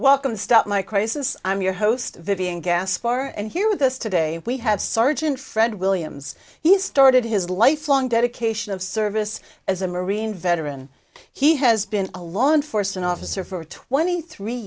welcome step my crisis i'm your host vivian gas far and here with us today we have sergeant fred williams he started his lifelong dedication of service as a marine veteran he has been a law enforcement officer for twenty three